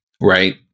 Right